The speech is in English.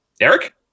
Eric